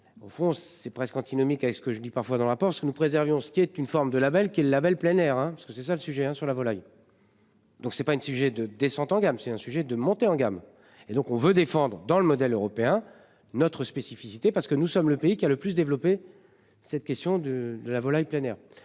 Au fond c'est presque, antinomique avec ce que je dis parfois dans le rapport, ce que nous préservions. Ce qui est une forme de la belle qui le Label plein air parce que c'est ça le sujet hein sur la volaille. Donc c'est pas un sujet de descente en gamme, c'est un sujet de monter en gamme et donc on veut défendre dans le modèle européen, notre spécificité parce que nous sommes le pays qui a le plus développé cette question de, de la volaille plein air